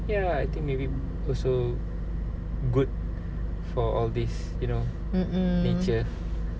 mm mm